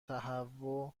تهوع